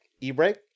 E-break